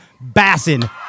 bassin